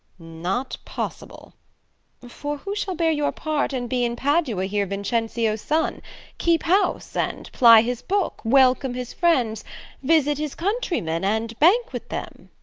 not possible for who shall bear your part and be in padua here vincentio's son keep house and ply his book, welcome his friends visit his countrymen, and banquet them?